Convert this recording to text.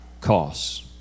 costs